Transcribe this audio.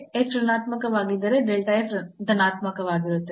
h ಋಣಾತ್ಮಕವಾಗಿದ್ದರೆ ಧನಾತ್ಮಕವಾಗಿರುತ್ತದೆ